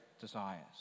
desires